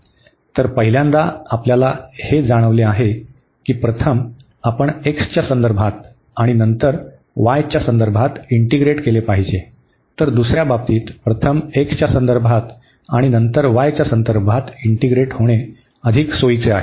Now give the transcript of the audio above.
तर पहिल्यांदा आपल्याला हे जाणवले आहे की प्रथम आपण x च्या संदर्भात आणि नंतर y च्या बाबतीत इंटीग्रेट केले पाहिजे तर दुसर्या बाबतीत प्रथम x च्या संदर्भात आणि नंतर y च्या संदर्भात इंटीग्रेट होणे अधिक सोयीचे आहे